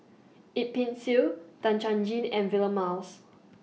Yip Pin Xiu Tan Chuan Jin and Vilma Laus